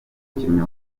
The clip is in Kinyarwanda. umukinnyi